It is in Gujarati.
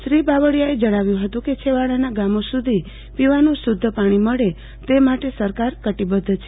શ્રી બાવળીયાએ જણાવ્યું હતું કે છેવાડાના ગામો સુધી પીવાનું શુધ્ધ પાણી મળે તે માટે સરકાર કટિબધ્ધ છે